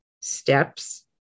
steps